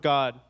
God